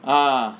ah